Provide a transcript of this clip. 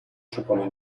supone